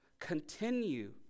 Continue